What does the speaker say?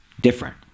different